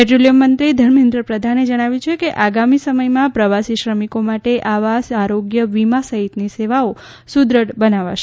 petroleum મંત્રી ધર્મેન્દ્ર પ્રધાને જણાવ્યું છે કે આગામી સમયમાં પ્રવાસી શ્રમિકો માટે આવાસ આરોગ્ય વીમા સહિતની સેવાઓ સુદ્રઢ બનાવાશે